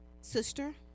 sister